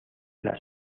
las